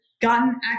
gotten